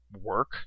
work